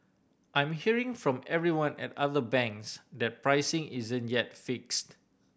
I'm hearing from everyone at other banks that pricing isn't yet fixed